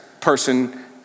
person